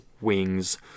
wings